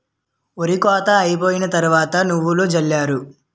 ఒరి కోత అయిపోయిన తరవాత నువ్వులు జల్లారు